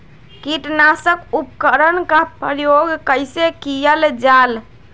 किटनाशक उपकरन का प्रयोग कइसे कियल जाल?